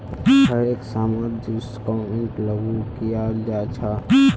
हर एक समानत डिस्काउंटिंगक लागू कियाल जा छ